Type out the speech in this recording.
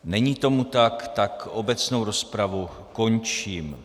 Není tomu tak, tak obecnou rozpravu končím.